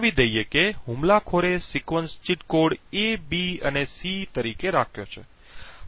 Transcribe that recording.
જણાવી દઈએ કે હુમલાખોરે sequence cheat code A B અને C તરીકે રાખ્યો છે